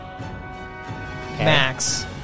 Max